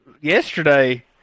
yesterday